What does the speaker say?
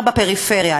בעיקר בפריפריה.